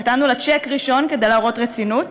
נתנו לה צ'ק ראשון כדי להראות רצינות,